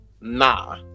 Nah